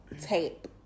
tape